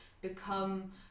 become